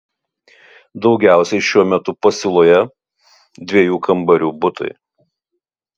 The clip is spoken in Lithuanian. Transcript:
daugiausiai šiuo metu pasiūloje dviejų kambarių butai